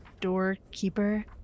doorkeeper